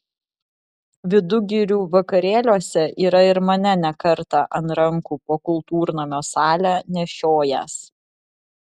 vidugirių vakarėliuose yra ir mane ne kartą ant rankų po kultūrnamio salę nešiojęs